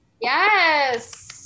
Yes